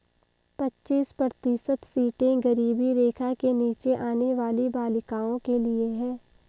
पच्चीस प्रतिशत सीटें गरीबी रेखा के नीचे आने वाली बालिकाओं के लिए है